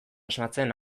asmatzen